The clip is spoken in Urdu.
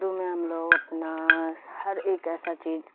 اردو میں ہم لوگ اپنا ہر ایک ایسا چیز